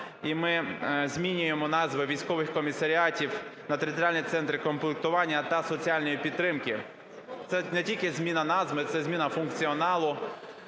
і ми змінюємо назви військових комісаріатів на територіальні центри комплектування та соціальної підтримки. Це не тільки зміна назви - це зміна функціоналу,